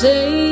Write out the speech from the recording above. Say